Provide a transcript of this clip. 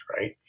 right